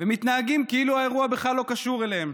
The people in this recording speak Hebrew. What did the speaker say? ומתנהגים כאילו האירוע בכלל לא קשור אליהם.